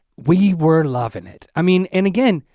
we were loving it. i mean, and again,